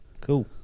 Cool